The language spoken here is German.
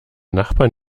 nachbarn